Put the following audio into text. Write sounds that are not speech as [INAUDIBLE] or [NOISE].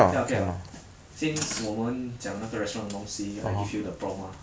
okay ah okay ah [NOISE] since 我们讲那个 restaurant 的东西 I give you the prompt ah